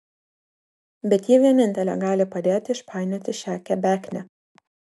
bet ji vienintelė gali padėti išpainioti šią kebeknę